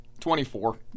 24